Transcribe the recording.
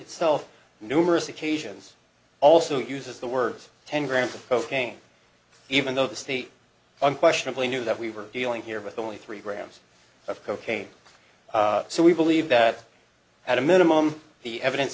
itself numerous occasions also uses the words ten grams of cocaine even though the state unquestionably knew that we were dealing here with only three grams of cocaine so we believe that at a minimum the evidence